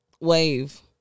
Wave